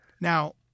Now